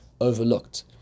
overlooked